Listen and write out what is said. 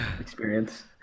experience